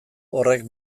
horrek